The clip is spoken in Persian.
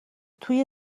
توی